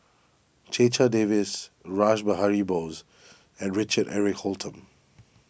Checha Davies Rash Behari Bose and Richard Eric Holttum